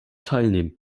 teilnehmen